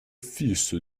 fils